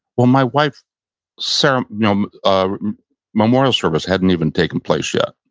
well, my wife's so you know um ah memorial service hadn't even taken place yet.